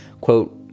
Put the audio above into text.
Quote